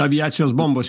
aviacijos bombos